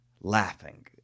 laughing